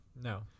No